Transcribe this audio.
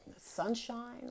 Sunshine